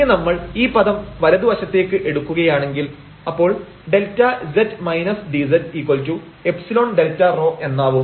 ഇനി നമ്മൾ ഈ പദം വലതുവശത്തേക്ക് എടുക്കുകയാണെങ്കിൽ അപ്പോൾ Δz dzϵΔρ എന്നാവും